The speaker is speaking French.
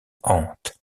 hante